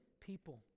people